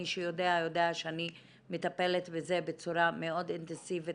מי שיודע יודע שאני מטפלת בזה בצורה מאוד אינטנסיבית